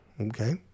okay